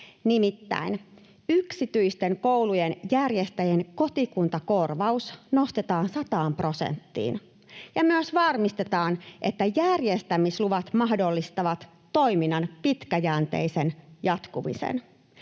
Nimittäin yksityisten koulujen järjestäjien kotikuntakorvaus nostetaan sataan prosenttiin ja myös varmistetaan, että järjestämisluvat mahdollistavat toiminnan pitkäjänteisen jatkumisen.